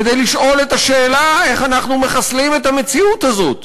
כדי לשאול את השאלה איך אנחנו מחסלים את המציאות הזאת,